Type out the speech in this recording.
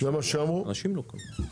מדובר על כ-1,000 עובדים.